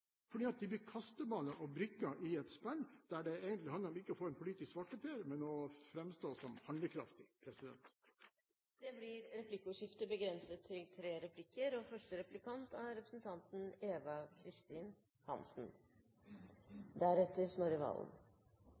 fordi de blir kasteballer og brikker i et spill der det egentlig handler om ikke å bli en politisk svarteper, men å framstå som handlekraftig. Det blir replikkordskifte. Det har vært mange interessante debatter i media de siste dagene. Jeg synes kanskje de debattene som representanten